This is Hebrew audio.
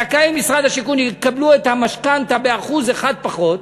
זכאי משרד השיכון יקבלו את המשכנתה ב-1% פחות,